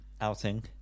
outing